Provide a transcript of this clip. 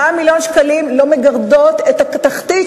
4 מיליון שקלים לא מגרדים את התחתית